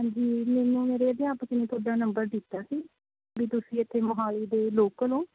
ਹਾਂਜੀ ਮੈਨੂੰ ਮੇਰੇ ਅਧਿਆਪਕ ਨੇ ਤੁਹਾਡਾ ਨੰਬਰ ਦਿੱਤਾ ਸੀ ਵੀ ਤੁਸੀਂ ਇੱਥੇ ਮੋਹਾਲੀ ਦੇ ਲੌਕਲ ਹੋ